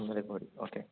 ഒന്നരക്കോടി ഓക്കെ